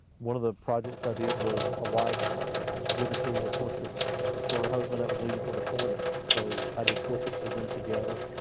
one of the projects i did was a wife did a series of portraits for her husband that was leaving for deployment. so i did portraits of them together.